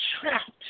trapped